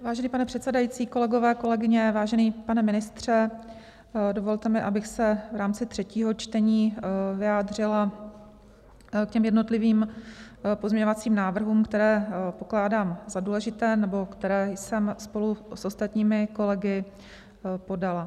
Vážený pane předsedající, kolegové, kolegyně, vážený pane ministře, dovolte mi, abych se v rámci třetího čtení vyjádřila k jednotlivým pozměňovacím návrhům, které pokládám za důležité nebo které jsem spolu s ostatními kolegy podala.